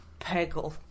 peggle